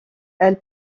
elle